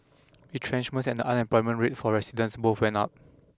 retrenchments and the unemployment rate for residents both went up